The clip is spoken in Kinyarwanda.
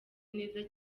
neza